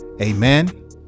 Amen